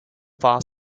far